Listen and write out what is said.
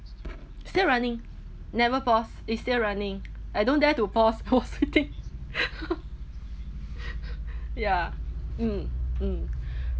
still running never pause it's still running I don't dare to pause I was waiting ya mm mm